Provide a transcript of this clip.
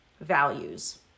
values